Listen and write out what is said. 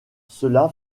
cela